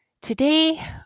Today